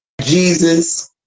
Jesus